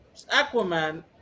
aquaman